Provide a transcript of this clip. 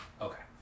Okay